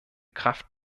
kraft